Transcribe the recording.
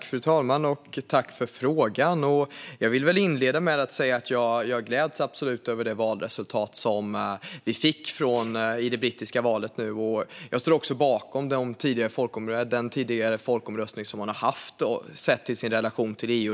Fru talman! Tack för frågan, Lars Hjälmered! Jag vill inleda med att säga att jag gläds över resultatet i det brittiska valet, och jag står också bakom den folkomröstning som man har haft om sin relation till EU.